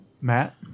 Matt